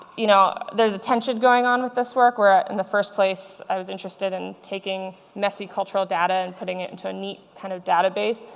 you know there's a tension going on with this work, where in the first place, i was interested in taking messy, cold data and putting it into a neat kind of database,